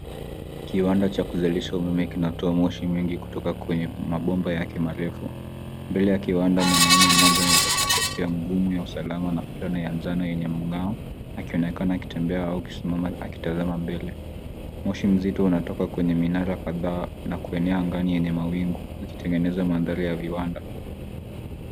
Kiwanda cha kuzalisha umeme kinatoa moshi mwingi kutoka kwenye mabomba yake marefu. Mbele ya kiwanda mwanaume mmoja amevalia kofia ngumu ya usalama na vulana ya majano yenye mng'ao akionbekana akitembea au akisemama akitanzama mbele, moshi mzito unatoka kwenye minara kadhaa na kuenea angani yenye mawingu yakitengeneza madhari ya viwanda.